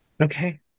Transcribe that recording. Okay